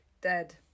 dead